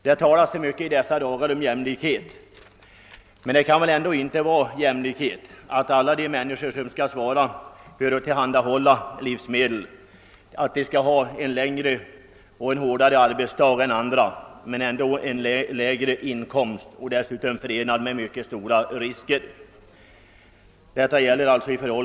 Det talas i dessa dagar så mycket om jämlikhet, men det kan väl inte vara jämlikhet att alla de människor, som skall svara för att tillhandahålla livsmedel, i jämförelse med andra grupper skall ha en längre och hårdare arbetsdag men ändå en lägre inkomst och vidare ett arbete förenat med mycket stora risker.